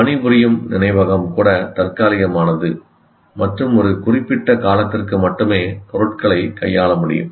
பணிபுரியும் நினைவகம் கூட தற்காலிகமானது மற்றும் ஒரு குறிப்பிட்ட காலத்திற்கு மட்டுமே பொருட்களைக் கையாள முடியும்